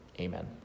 amen